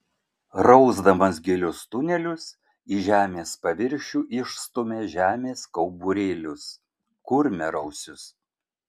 rausdamas gilius tunelius į žemės paviršių išstumia žemės kauburėlius kurmiarausius